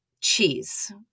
cheese